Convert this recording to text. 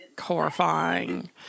horrifying